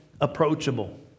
approachable